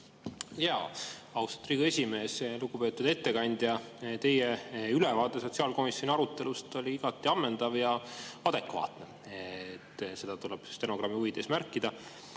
Riigikogu esimees! Lugupeetud ettekandja! Teie ülevaade sotsiaalkomisjoni arutelust oli igati ammendav ja adekvaatne. Seda tuleb stenogrammi huvides märkida.